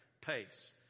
pace